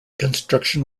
construction